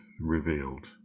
revealed